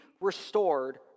restored